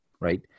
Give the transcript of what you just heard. right